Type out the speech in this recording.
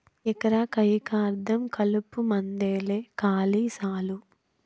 ఎకరా కయ్యికా అర్థం కలుపుమందేలే కాలి సాలు